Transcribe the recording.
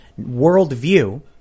worldview